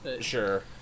Sure